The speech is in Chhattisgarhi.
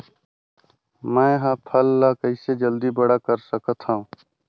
मैं ह फल ला कइसे जल्दी बड़ा कर सकत हव?